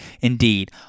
Indeed